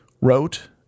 wrote